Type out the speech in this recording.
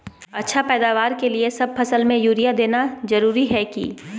अच्छा पैदावार के लिए सब फसल में यूरिया देना जरुरी है की?